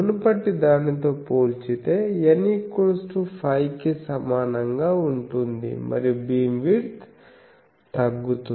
మునుపటిదానితో పోల్చితే N5 కి సమానంగా ఉంటుంది మరియు బీమ్విడ్త్ తగ్గుతుంది